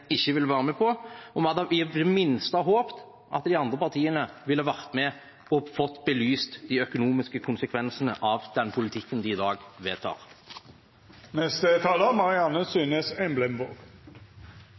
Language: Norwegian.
ikke vil være med på, og vi hadde i det minste håpet at de andre partiene ville vært med og fått belyst de økonomiske konsekvensene av den politikken de i dag